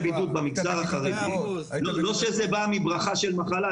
הבידוד במגזר החרדי לא שזה בא מברכה של מחלה,